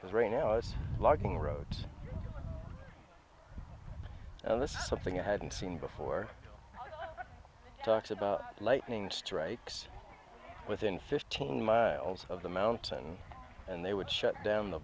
because right now it's logging roads this is something i hadn't seen before talks about lightning strikes within fifteen miles of the mountain and they would shut down the